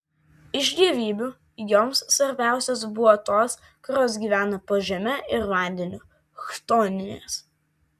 iš dievybių joms svarbiausios buvo tos kurios gyvena po žeme ir vandeniu chtoninės